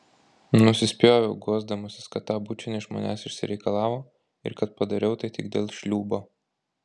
nusispjoviau guosdamasis kad tą bučinį iš manęs išsireikalavo ir kad padariau tai tik dėl šliūbo